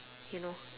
you know